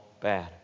bad